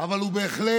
אבל הוא בהחלט